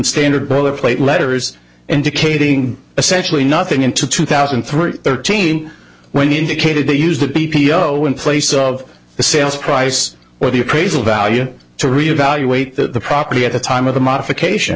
standard bowl of plate letters indicating essentially nothing in two thousand and three thirteen when indicated to use that p p o in place of the sales price or the appraisal value to re evaluate the property at the time of the modification